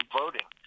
voting